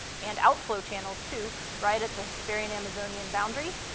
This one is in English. and outflow channels too, right at the hesperian-amazonian boundary,